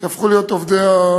הם יהפכו להיות עובדי המשרד.